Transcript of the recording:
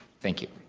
thank you.